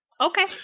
Okay